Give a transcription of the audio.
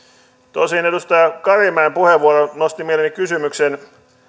tosin edustaja karimäen puheenvuoro nosti mieleeni kysymyksen